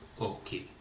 Okay